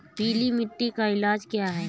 पीली मिट्टी का इलाज क्या है?